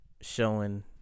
showing